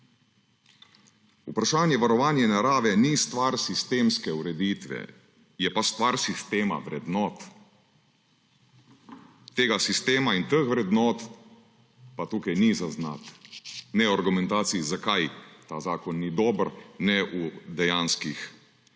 Vprašanje varovanja narave ni stvar sistemske ureditve, je pa stvar sistema vrednot. Tega sistema in teh vrednot pa tukaj ni zaznati, ne v argumentaciji, zakaj ta zakon ni dober, ne v dejanskih dejanjih.